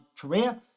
career